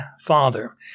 father